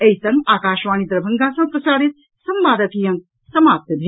एहि संग आकाशवाणी दरभंगा सँ प्रसारित संवादक ई अंक समाप्त भेल